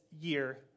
year